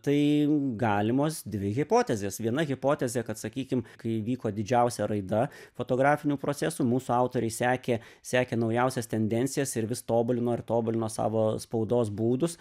tai galimos dvi hipotezės viena hipotezė kad sakykim kai vyko didžiausia raida fotografinių procesų mūsų autoriai sekė sekė naujausias tendencijas ir vis tobulino ir tobulino savo spaudos būdus